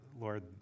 Lord